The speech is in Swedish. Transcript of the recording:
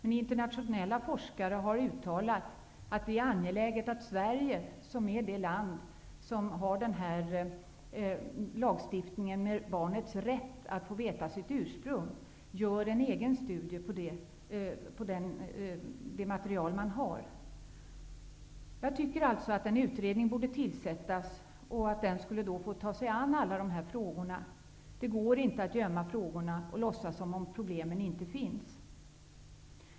Men internationella forskare har uttalat att det är angeläget att Sverige, som är det land som har en lagstiftning som ger barnet rätt att få veta sitt ursprung, gör en egen studie av det material man har. Jag tycker alltså att en utredning borde tillsättas som fick ta sig an alla dessa frågor. Det går inte att gömma frågorna och låtsas som om problemen inte finns.